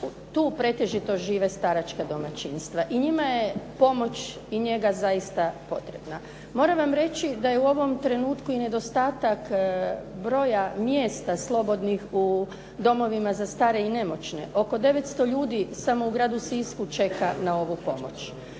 Tu pretežito žive staračka domaćinstva i njima je pomoć i njega zaista potrebna. Moram vam reći da je u ovom trenutku i nedostatak broja mjesta slobodnih u domovima za stare i nemoćne. Oko 900 ljudi samo u gradu Sisku čeka na ovu pomoć.